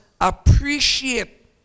appreciate